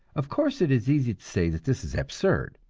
of course, it is easy to say that this is absurd,